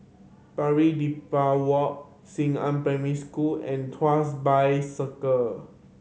Pari Dedap Walk Xingnan Primary School and Tuas Bay Circle